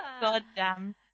goddamn